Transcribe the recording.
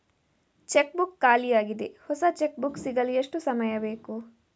Check book ಖಾಲಿ ಯಾಗಿದೆ, ಹೊಸ ಚೆಕ್ ಬುಕ್ ಸಿಗಲು ಎಷ್ಟು ಸಮಯ ಬೇಕು?